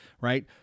right